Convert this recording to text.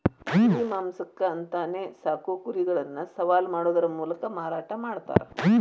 ಕುರಿ ಮಾಂಸಕ್ಕ ಅಂತಾನೆ ಸಾಕೋ ಕುರಿಗಳನ್ನ ಸವಾಲ್ ಮಾಡೋದರ ಮೂಲಕ ಮಾರಾಟ ಮಾಡ್ತಾರ